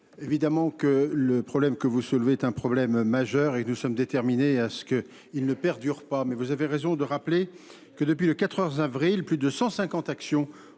Évidemment que le problème que vous soulevez est un problème majeur et nous sommes déterminés à ce qu'il ne perdure pas. Mais vous avez raison de rappeler que depuis le 4 avril, plus de 150 actions ont été commises